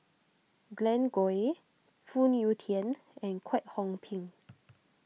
Glen Goei Phoon Yew Tien and Kwek Hong Png